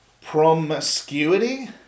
promiscuity